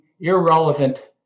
irrelevant